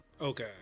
Okay